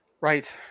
right